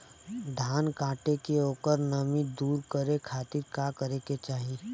धान कांटेके ओकर नमी दूर करे खाती का करे के चाही?